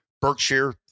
Berkshire